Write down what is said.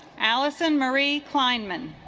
allison marie kleinman